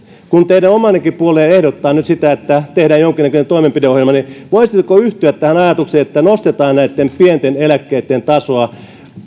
kun teidän oma puolueennekin ehdottaa nyt sitä että tehdään jonkinnäköinen toimenpideohjelma niin voisitteko yhtyä tähän ajatukseen että nostetaan näitten pienten eläkkeitten tasoa